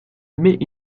mais